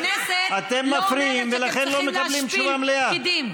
הכנסת לא אומרת שאתם צריכים להשפיל פקידים.